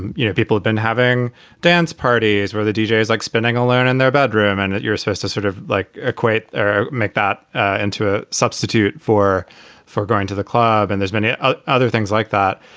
you know, people have been having dance parties where the deejay is like spinning alone in their bedroom. and you're supposed to sort of like equate or make that into a substitute for for going to the club. and there's many ah ah other things like that.